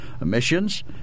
Emissions